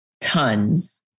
tons